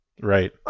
right